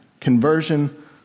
Conversion